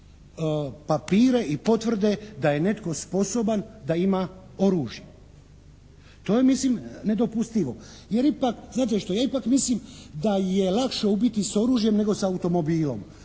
papire i potvrde da je netko sposoban da ima oružje. To je mislim nedopustivo. Jer ipak, znate što, ja ipak mislim da je lakše ubiti sa oružjem nego sa automobilom.